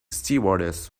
stewardess